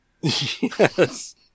Yes